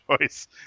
choice